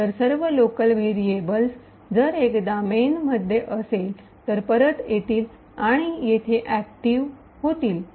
तर सर्व local variables जर एखादा मेन मध्ये असेल तर परत येतील आणि येथे ऐक्टिव होतील